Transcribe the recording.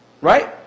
Right